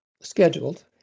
scheduled